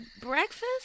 breakfast